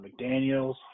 McDaniels